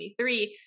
2023